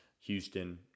Houston